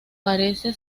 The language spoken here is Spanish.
parece